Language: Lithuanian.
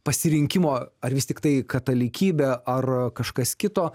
pasirinkimo ar vis tiktai katalikybė ar kažkas kito